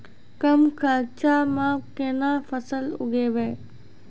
कम खर्चा म केना फसल उगैबै?